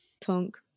Tonk